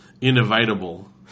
inevitable